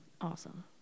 Awesome